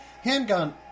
Handgun